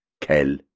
Kel